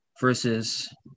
versus